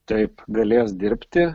taip galės dirbti